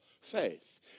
faith